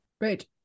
Great